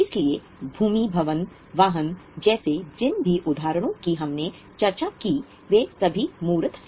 इसलिए भूमि भवन वाहन जैसे जिन भी उदाहरणों की हमने चर्चा की वे सभी मूर्त हैं